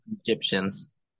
Egyptians